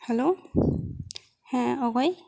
hello ᱦᱮᱸ ᱚᱠᱚᱭ